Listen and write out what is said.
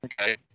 Okay